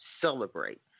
Celebrate